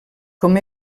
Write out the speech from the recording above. com